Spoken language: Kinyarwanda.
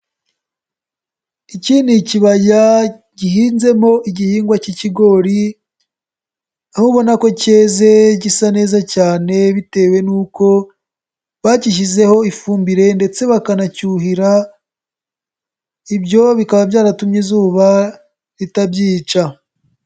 Iki ni ikibaya gihinzemo igihingwa cy'ikigori, aho ubona ko cyeze gisa neza cyane bitewe n'uko bagishyizeho ifumbire ndetse bakanacyuhira, ibyo bikaba byaratumye izuba ritabyica.